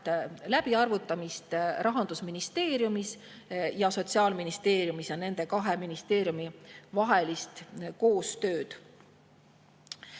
läbiarvutamist Rahandusministeeriumis ja Sotsiaalministeeriumis ja nende kahe ministeeriumi koostööd.